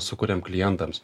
sukuriam klientams